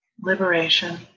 liberation